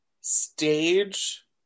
stage